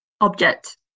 object